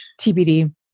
TBD